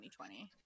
2020